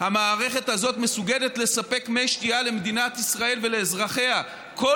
המערכת הזאת מסוגלת לספק מי שתייה למדינת ישראל ולאזרחיה כל